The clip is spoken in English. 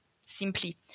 simply